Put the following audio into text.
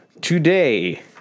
today